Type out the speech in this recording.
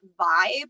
vibe